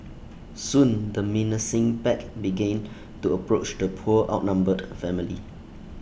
soon the menacing pack began to approach the poor outnumbered family